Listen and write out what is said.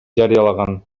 жарыялаган